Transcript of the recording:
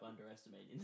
underestimating